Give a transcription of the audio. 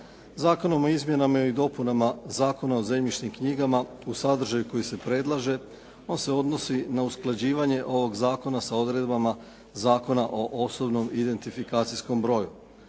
Zakon o izmjenama i dopunama Zakona o zemljišnim knjigama u sadržaju koji se predlaže on se odnosi na usklađivanje ovog zakona sa odredbama Zakona o osobnom identifikacijskom broju.